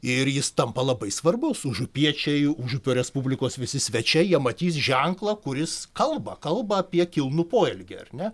ir jis tampa labai svarbus užupiečiai užupio respublikos visi svečiai jie matys ženklą kuris kalba kalba apie kilnų poelgį ar ne